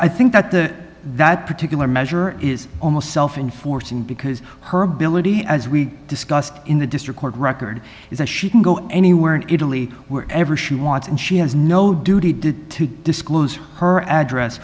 i think that the that particular measure is almost self in forcing because her ability as we discussed in the district court record is a she can go anywhere in italy where ever she wants and she has no duty do to disclose her address